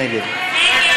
מי נגד?